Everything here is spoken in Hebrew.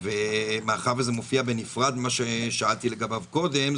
ומאחר שזה מופיע בנפרד ממה שאלתי לגביו קודם,